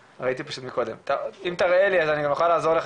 מכיוון שקודם בדיון הקודם לא הספקתי לתת לו את זכות הדיבור,